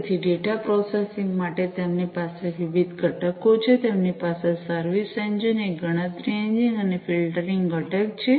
તેથી data processing માટે તેમની પાસે વિવિધ ઘટકો છે તેમની પાસે સર્વિસ એન્જિન એક ગણતરી એન્જિન અને ફિલ્ટરિંગ ઘટક છે